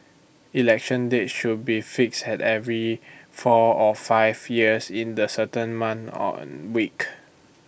election dates should be fixed at every four or five years in the certain month on week